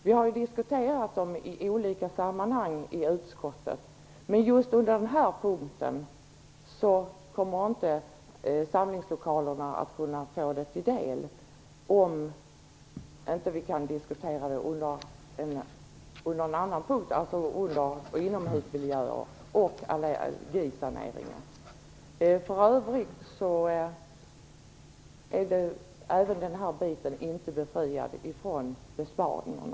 Vi har i olika sammanhang diskuterat dem i utskottet, men just i det här sammanhanget kommer samlingslokalerna inte att kunna få del av dem, om det inte kan ske under punkterna inomhusåtgärder och allergisaneringar. För övrigt är inte heller detta område befriat från besparingarna.